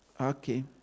Okay